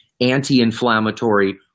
anti-inflammatory